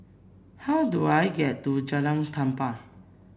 how do I get to Jalan Tempua